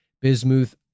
bismuth